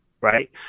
right